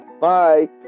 Bye